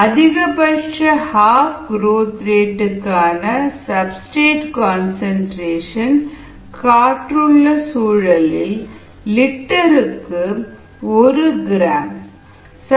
அதிகபட்ச half growth ரேட்கான substrate concentration காற்றுள்ள சூழலில் லிட்டருக்கு ஒரு கிராம் 1gl